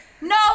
no